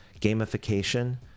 gamification